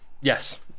Yes